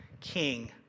king